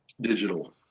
digital